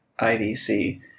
IDC